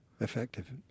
Effective